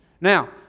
Now